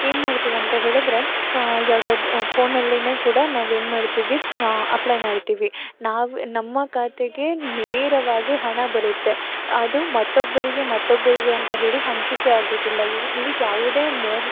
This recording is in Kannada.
ಏನು ಮಾಡ್ತೀವಿ ಅಂತ ಹೇಳಿದರೆ ಯಾವ್ದಾದ್ರು ಫೋನಲ್ಲಿಯೇ ಕೂಡ ನಾವು ಏನು ಮಾಡ್ತೀವಿ ಅಪ್ಲೈ ಮಾಡ್ತೀವಿ ನಾವೇ ನಮ್ಮ ಖಾತೆಗೆ ನೇರವಾಗಿ ಹಣ ಬರುತ್ತೆ ಅದು ಮತ್ತೊಬ್ಬರಿಗೆ ಮತ್ತೊಬ್ಬರಿಗೆ ಅಂತ ಹೇಳಿ ಹಂಚಿಕೆ ಆಗುವುದಿಲ್ಲ ಇಲ್ಲಿ ಯಾವುದೇ ಮೋಸದ